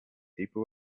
people